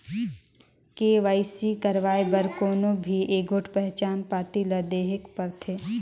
KYC करवाए बर कोनो भी एगोट पहिचान पाती ल देहेक परथे